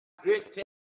great